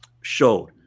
showed